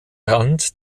rand